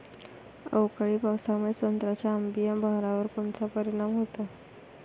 अवकाळी पावसामुळे संत्र्याच्या अंबीया बहारावर कोनचा परिणाम होतो?